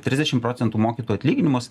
trisdešimt procentų mokytojų atlyginimus